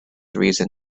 reason